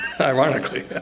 Ironically